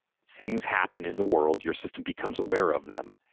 things happen in the world. your system becomes aware of them,